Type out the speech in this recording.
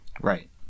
Right